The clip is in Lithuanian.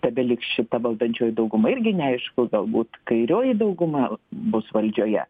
tebeliks šita valdančioji dauguma irgi neaišku galbūt kairioji dauguma bus valdžioje